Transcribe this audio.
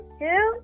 two